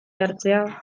hartzea